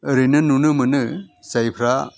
ओरैनो नुनो मोनो जायफ्रा